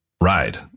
ride